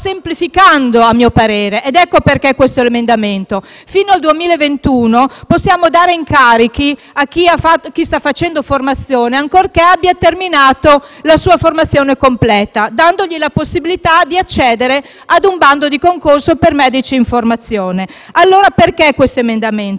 semplificando, a mio parere, ed ecco perché questo emendamento. Fino al 2021, è possibile dare incarichi a chi sta facendo formazione, ancorché non abbia terminato la sua formazione completa, dandogli la possibilità di accedere ad un bando di concorso per medici in formazione. Il fine di questo emendamento,